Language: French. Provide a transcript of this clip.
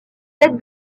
sept